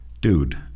Dude